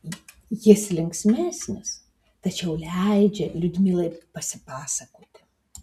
jis linksmesnis tačiau leidžia liudmilai pasipasakoti